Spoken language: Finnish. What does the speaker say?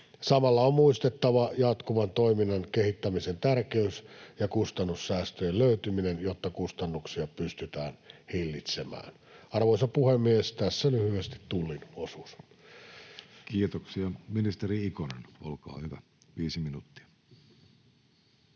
Samalla on muistettava jatkuvan toiminnan kehittämisen tärkeys ja kustannussäästöjen löytyminen, jotta kustannuksia pystytään hillitsemään. Arvoisa puhemies! Tässä lyhyesti Tullin osuus. [Speech 365] Speaker: Jussi Halla-aho